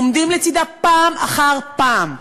עומדים לצדה פעם אחר פעם.